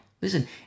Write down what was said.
Listen